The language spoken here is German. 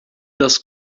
dass